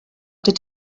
did